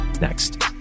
Next